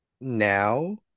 now